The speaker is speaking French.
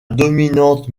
dominante